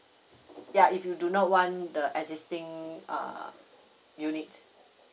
ya if you do not want the existing err unit